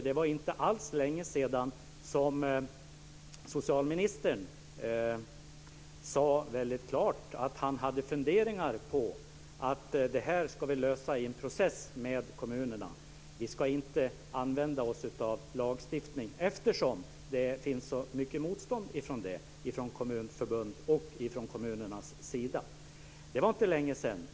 Det är inte alls länge sedan som socialministern klart sade att han hade funderingar på att vi ska lösa detta i en process med kommunerna, och att vi inte ska använda oss av lagstiftning eftersom det finns så mycket motstånd mot det från Kommunförbundet och kommunernas sida.